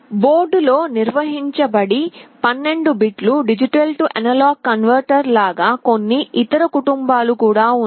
బోర్డులో నిర్మించబడి 12 bit D A converter లా కొన్ని ఇతర కుటుంబాలు కూడా ఉన్నాయి